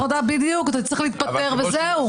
אתה צריך להתפטר וזהו.